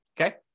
okay